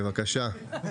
בבקשה.